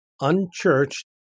unchurched